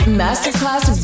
masterclass